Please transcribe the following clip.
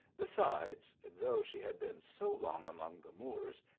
beside, though she had been so long among the moors,